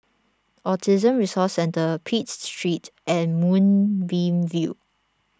Autism Resource Centre Pitt Street and Moonbeam View